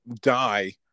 die